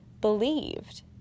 believed